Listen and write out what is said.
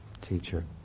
teacher